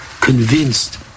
convinced